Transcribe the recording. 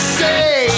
say